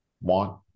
want